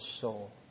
soul